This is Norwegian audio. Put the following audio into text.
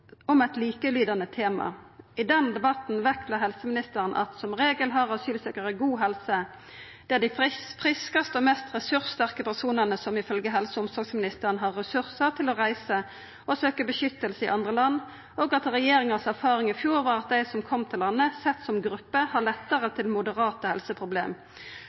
om eit likelydande tema. I den debatten la helseministeren vekt på at som regel har asylsøkjarar god helse. Det er dei friskaste og mest ressurssterke personane som ifølgje helse- og omsorgsministeren har ressursar til å reisa og søkja vern i andre land, og regjeringas erfaring frå i fjor var at dei som kom til landet, sett som gruppe, har lettare til moderate helseproblem.